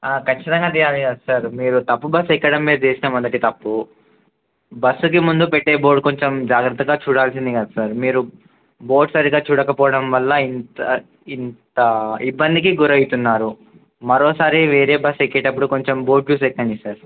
ఖచ్చితంగా దిగాలి కదా సార్ మీరు తప్పు బస్సు ఎక్కడం మీరు చేసినాం మదటి తప్పు బస్సుకి ముందు పెట్టే బోర్డు కొంచెం జాగ్రత్తగా చూడాల్సింది కదా సార్ మీరు బోర్డ్ సరిగ్గా చూడకపోవడం వల్ల ఇంత ఇంత ఇబ్బందికి గురైతున్నారు మరోసారి వేరే బస్సు ఎక్కేటప్పుడు కొంచెం బోర్డ్ చూసి ఎక్కండి సార్